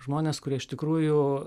žmonės kurie iš tikrųjų